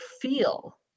feel